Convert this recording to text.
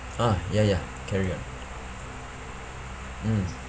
uh ya ya carry on mm